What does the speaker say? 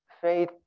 Faith